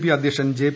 P അധ്യക്ഷ്ൻ ജെ്